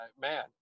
man